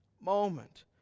Moment